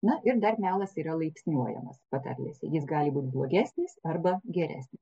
na ir dar melas yra laipsniuojamas patarlėse jis gali būt blogesnis arba geresnis